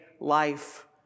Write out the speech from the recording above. life